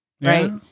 right